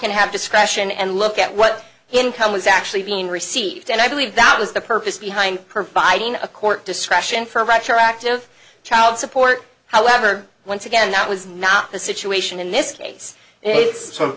can have discretion and look at what he income was actually being received and i believe that was the purpose behind providing a court discretion for retroactive child support however once again that was not the situation in this case it's so